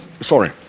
Sorry